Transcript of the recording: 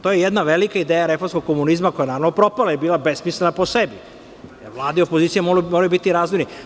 To je jedna velika ideja reformskog komunizma koja je propala i bila je besmislena po sebi, jer Vlada i opozicija moraju biti razvojni.